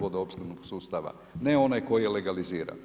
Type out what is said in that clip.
vodoopskrbnog sustava, ne onaj koji je legalizirao.